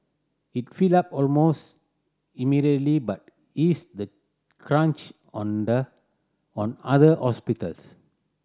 it filled up almost immediately but eased the crunch on the on other hospitals